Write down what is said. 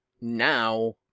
now